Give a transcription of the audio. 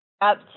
up